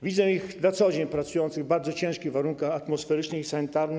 Widzę ich na co dzień pracujących w bardzo ciężkich warunkach atmosferycznych i sanitarnych.